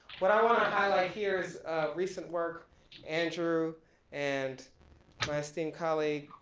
what i wanna highlight here is recent work andrew and my esteem colleague,